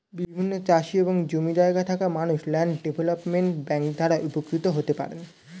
বিভিন্ন চাষি এবং জমি জায়গা থাকা মানুষরা ল্যান্ড ডেভেলপমেন্ট ব্যাংক দ্বারা উপকৃত হতে পারেন